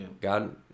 God